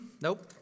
nope